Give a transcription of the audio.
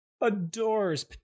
adores